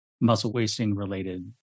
muscle-wasting-related